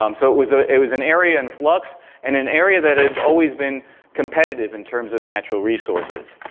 um so, it was ah it was an area in flux and an area that had always been competitive in terms of natural resources.